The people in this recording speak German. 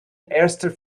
erster